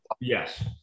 Yes